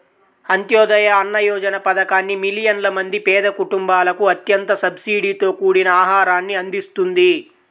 అంత్యోదయ అన్న యోజన పథకాన్ని మిలియన్ల మంది పేద కుటుంబాలకు అత్యంత సబ్సిడీతో కూడిన ఆహారాన్ని అందిస్తుంది